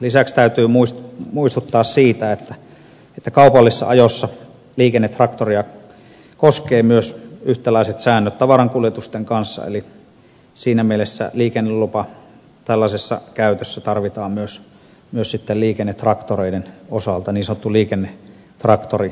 lisäksi täytyy muistuttaa siitä että kaupallisessa ajossa liikennetraktoria koskevat myös yhtäläiset säännöt tavaran kuljetusten kanssa eli siinä mielessä liikennelupa tällaisessa käytössä tarvitaan myös sitten liikennetraktoreiden osalta niin sanottu liikennetraktorilupa